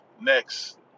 next